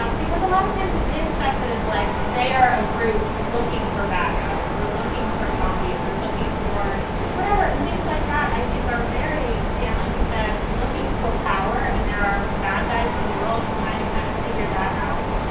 um because a lot of times it is stuff that is like they are a group looking for bad guys or looking for zombies, are looking for whatever. and things like that i think are very damn, like you said, looking for power. and there are bad guys in the world and trying to kind of figure that out.